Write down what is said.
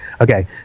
Okay